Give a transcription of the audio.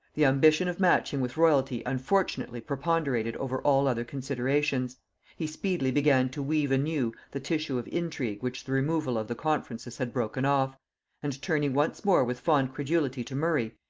the ambition of matching with royalty unfortunately preponderated over all other considerations he speedily began to weave anew the tissue of intrigue which the removal of the conferences had broken off and turning once more with fond credulity to murray,